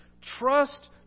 Trust